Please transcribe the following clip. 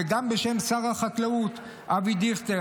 וגם בשם שר החקלאות אבי דיכטר,